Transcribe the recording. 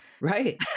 right